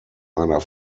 einer